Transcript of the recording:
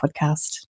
podcast